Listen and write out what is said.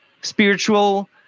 Spiritual